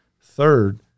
Third